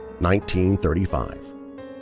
1935